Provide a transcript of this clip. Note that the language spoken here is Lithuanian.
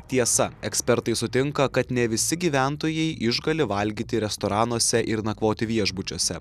tiesa ekspertai sutinka kad ne visi gyventojai išgali valgyti restoranuose ir nakvoti viešbučiuose